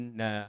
na